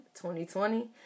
2020